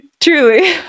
truly